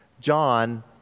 John